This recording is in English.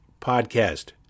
podcast